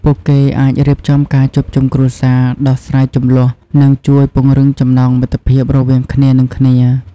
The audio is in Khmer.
ពួកគេអាចរៀបចំការជួបជុំគ្រួសារ ដោះស្រាយជម្លោះ និងជួយពង្រឹងចំណងមិត្តភាពរវាងគ្នានិងគ្នា។